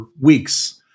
weeks